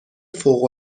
فوق